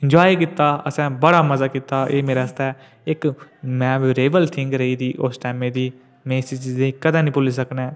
enjoy कीता असें बड़ा मजा कीता एह् मेरे आस्तै इक मैमोरेबल थिंग रेही दी उस टाइमें दी में इसी चीजै गी कदें निं भुल्ली सकना ऐं